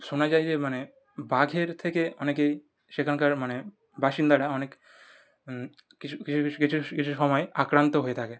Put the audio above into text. শোনা যায় যে মানে বাঘের থেকে অনেকেই সেখানকার মানে বাসিন্দারা অনেক কিছু কিছু জিনিস কিছু কিছু সময় আক্রান্ত হয়ে থাকে